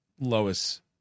Lois